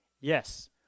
Yes